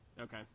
Okay